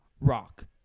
Rock